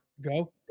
go